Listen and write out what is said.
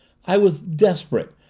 i was desperate.